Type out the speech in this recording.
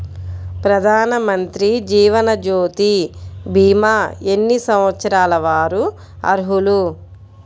ప్రధానమంత్రి జీవనజ్యోతి భీమా ఎన్ని సంవత్సరాల వారు అర్హులు?